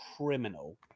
criminal